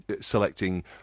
selecting